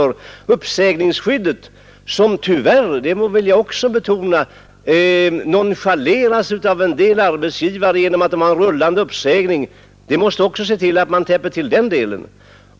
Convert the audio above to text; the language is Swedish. Uppsägningsskyddet, det må jag väl också betona, nonchaleras av en del arbetsgivare genom att de har en rullande uppsägning. Vi måste se till att man också täpper till den luckan.